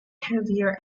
heavier